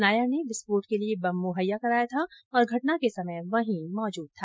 नायर ने विर्स्फोट के लिए बम मुहैया कराया था और घटना के समय वहीं मौजूद था